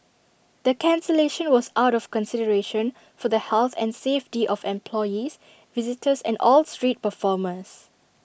the cancellation was out of consideration for the health and safety of employees visitors and all street performers